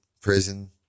Prison